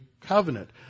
covenant